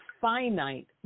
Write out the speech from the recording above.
finite